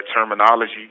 terminology